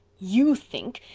you think!